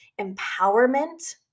empowerment